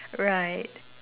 right